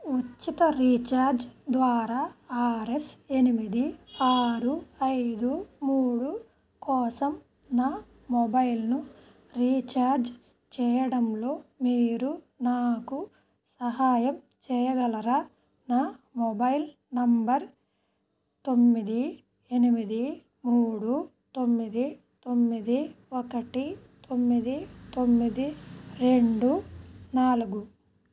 ఉచిత రీఛార్జ్ ద్వారా R S ఎనిమిది ఆరు ఐదు మూడు కోసం నా మొబైల్ను రీఛార్జ్ చేయడంలో మీరు నాకు సహాయం చేయగలరా నా మొబైల్ నంబర్ తొమ్మిది ఎనిమిది మూడు తొమ్మిది తొమ్మిది ఒకటి తొమ్మిది తొమ్మిది రెండు నాలుగు